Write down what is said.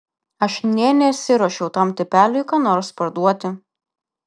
aš nė nesiruošiau tam tipeliui ką nors parduoti